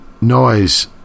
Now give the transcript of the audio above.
noise